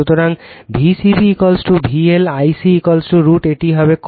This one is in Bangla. সুতরাং V c b V L I c √ এটি হবে cos 30o θ